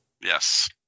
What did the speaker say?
Yes